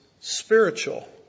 spiritual